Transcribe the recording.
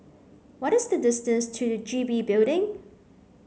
what is the distance to the G B Building